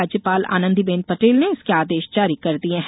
राज्यपाल आनंदीबेन पटेल ने इसके आदेश जारी कर दिये हैं